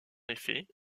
effet